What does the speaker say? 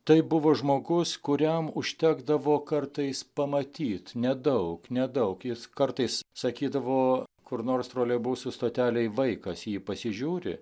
tai buvo žmogus kuriam užtekdavo kartais pamatyt nedaug nedaug jis kartais sakydavo kur nors troleibusų stotelėj vaikas į jį pasižiūri